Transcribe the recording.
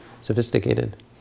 sophisticated